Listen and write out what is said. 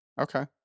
Okay